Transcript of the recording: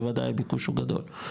בוודאי הביקוש יותר גדול,